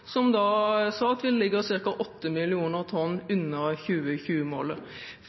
som da sa at vi ligger ca. 8 millioner tonn